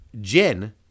Jin